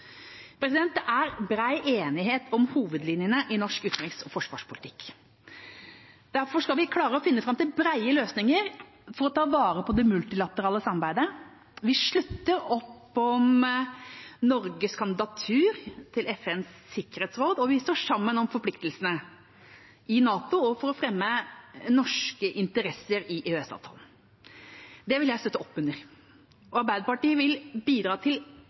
Det er bred enighet om hovedlinjene i norsk utenriks- og forsvarspolitikk. Derfor skal vi klare å finne fram til brede løsninger for å ta vare på det multilaterale samarbeidet. Vi slutter opp om Norges kandidatur til FNs sikkerhetsråd, og vi står sammen om forpliktelsene i NATO og for å fremme norske interesser i EØS-avtalen. Det vil jeg støtte opp under, og Arbeiderpartiet vil bidra til